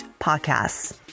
podcasts